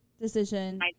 decision